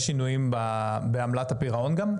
יש שינויים בעמלת הפירעון גם,